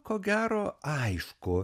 ko gero aišku